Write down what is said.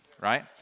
right